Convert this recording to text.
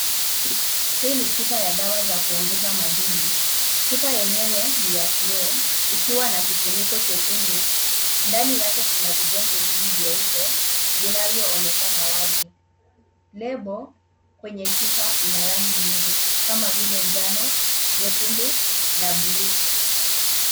Hii ni chumba ya dawa za kuongeza majini. Chupa yenyewe ni ya kioo, ikiwa na kifuniko chekundu. Ndani yake kuna vidonge viwili vya upe, vinavyoonekana wazi. Lebo: kwenye chupa ina rangi nyingi, kama vile njano, nyekundu, na bluu.